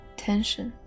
tension